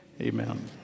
Amen